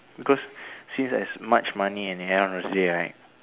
because since as much money at the end of the day right